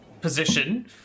position